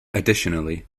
additionally